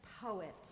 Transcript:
poet